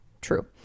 True